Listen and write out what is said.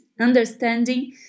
understanding